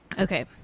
okay